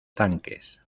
tanques